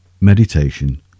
meditation